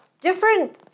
different